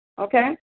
Okay